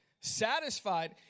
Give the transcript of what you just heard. satisfied